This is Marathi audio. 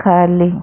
खाली